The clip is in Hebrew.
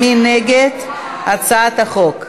מי נגד הצעת החוק?